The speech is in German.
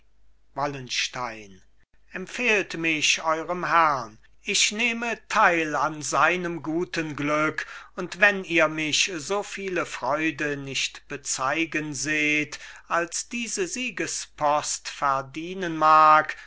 wallenstein empfehlt mich eurem herrn ich nehme teil an seinem guten glück und wenn ihr mich so viele freude nicht bezeigen seht als diese siegespost verdienen mag